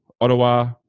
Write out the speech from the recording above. Ottawa